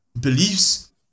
beliefs